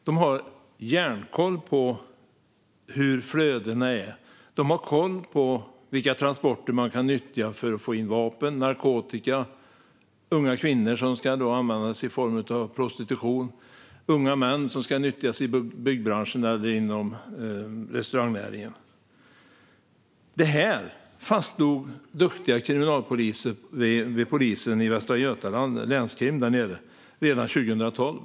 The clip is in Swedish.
De har järnkoll på hur flödena är, de har koll på vilka transporter de kan nyttja för att få in vapen och narkotika. Unga kvinnor används i form av prostitution, och unga män nyttjas i byggbranschen eller inom restaurangnäringen. Det här fastslog duktiga kriminalpoliser vid polisen i Västra Götaland, länskrim, redan 2012.